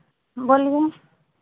बोलिए